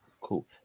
cool